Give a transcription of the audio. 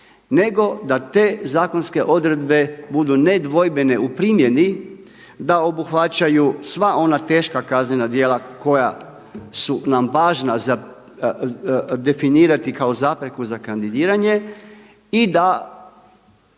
nego da te zakonske odredbe budu nedvojbene u primjeni da obuhvaćaju sva ona teška kaznena djela koja su nam važna za definirati kao zapreku za kandidiranje i da